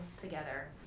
together